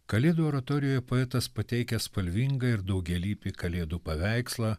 kalėdų oratorijoje poetas pateikia spalvingą ir daugialypį kalėdų paveikslą